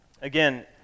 again